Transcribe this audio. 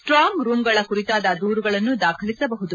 strong ರೂಂಗಳ ಕುರಿತಾದ ದೂರುಗಳನ್ನು ದಾಖಲಿಸಬಹುದು